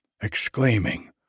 exclaiming